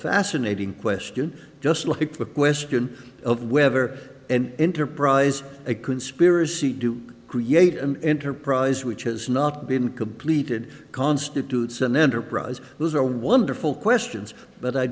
fascinating question just look at the question of whether and enterprise a conspiracy to create an enterprise which has not been completed constitutes an enterprise those are wonderful questions but i